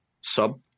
Sub